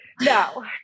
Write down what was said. No